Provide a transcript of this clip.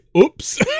oops